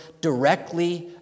directly